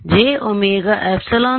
jωε0Esz ಸಿಗುತ್ತದೆ